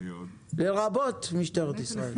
לרבות משטרת ישראל.